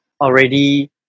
already